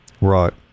Right